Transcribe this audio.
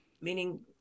meaning